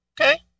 Okay